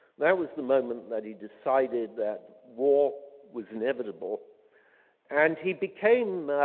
that was the moment that he decided that war was inevitable and he became,